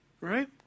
right